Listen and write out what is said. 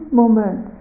moment